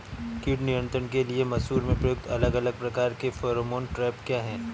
कीट नियंत्रण के लिए मसूर में प्रयुक्त अलग अलग प्रकार के फेरोमोन ट्रैप क्या है?